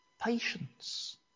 Patience